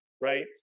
right